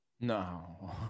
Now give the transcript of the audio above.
No